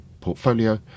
portfolio